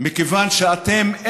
מכיוון שאתם,